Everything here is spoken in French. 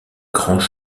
grands